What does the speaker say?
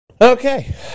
Okay